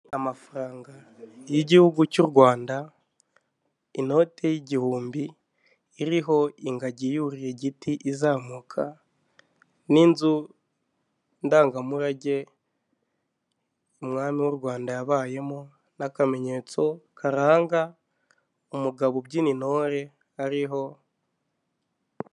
Amafaranga y'igihugu cy'Urwanda, inote y'igihumbi iriho ingagi yuriye igiti izamuka, n'inzu ndangamurage umwami w'Urwanda yabayemo, n'akamenyetso karanga umugabo ubyina intore ariho.